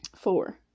four